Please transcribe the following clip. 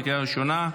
בקריאה הראשונה.